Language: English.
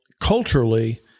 culturally